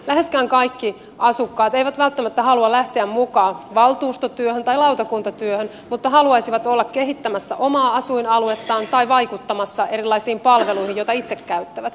läheskään kaikki asukkaat eivät välttämättä halua lähteä mukaan valtuustotyöhön tai lautakuntatyöhön mutta haluaisivat olla kehittämässä omaa asuinaluettaan tai vaikuttamassa erilaisiin palveluihin joita itse käyttävät